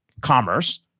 commerce